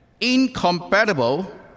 incompatible